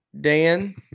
Dan